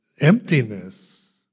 emptiness